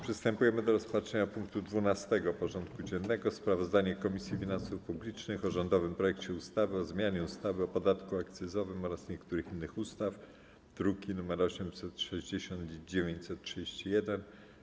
Przystępujemy do rozpatrzenia punktu 12. porządku dziennego: Sprawozdanie Komisji Finansów Publicznych o rządowym projekcie ustawy o zmianie ustawy o podatku akcyzowym oraz niektórych innych ustaw (druki nr 860 i 931)